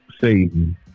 Satan